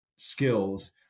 skills